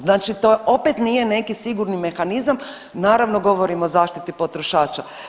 Znači to opet nije neki sigurni mehanizam, naravno govorim o zaštiti potrošača.